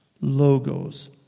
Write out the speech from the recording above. logos